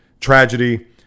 tragedy